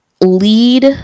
lead